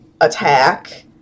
attack